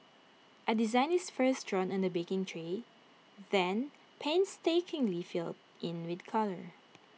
A design is first drawn on A baking tray then painstakingly filled in with colour